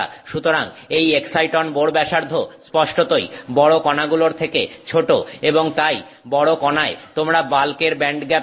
সুতরাং এই exciton Bohr ব্যাসার্ধ স্পষ্টতই বড় কণাগুলোর থেকে ছোট এবং তাই বড় কনায় তোমরা বাল্কের ব্যান্ডগ্যাপ দেখো